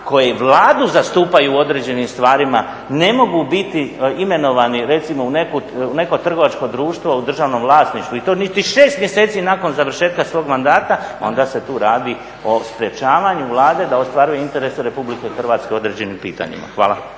koji Vladu zastupaju u određenim stvarima ne mogu biti imenovani recimo u neko trgovačko društvo u državnom vlasništvu i to niti 6 mjeseci nakon završetka svog mandata onda se tu radi o sprječavanju Vlade da ostvaruje interese Republike Hrvatske u određenim pitanjima. Hvala.